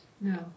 No